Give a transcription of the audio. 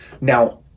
Now